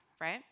right